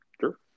Sure